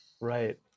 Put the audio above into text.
right